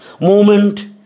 Movement